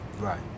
Right